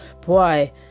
boy